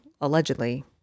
allegedly